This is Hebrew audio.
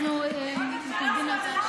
אנחנו מתנגדים להצעת